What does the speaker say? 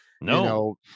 no